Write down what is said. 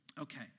Okay